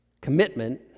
commitment